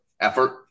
effort